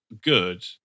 good